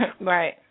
Right